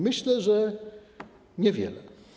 Myślę, że niewiele.